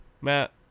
Matt